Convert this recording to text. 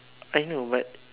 I know but